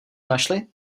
našli